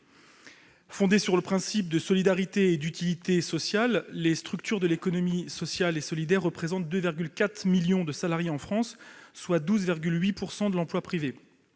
Fondées sur le principe de solidarité et d'utilité sociale, les structures de l'économie sociale et solidaire représentent 2,4 millions de salariés en France, soit 12,8 % de l'emploi privé.